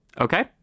Okay